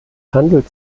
handelt